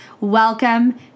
welcome